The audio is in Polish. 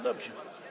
Dobrze.